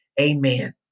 Amen